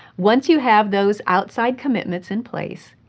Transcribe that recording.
once you have those outside commitments in place,